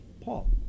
Paul